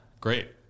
great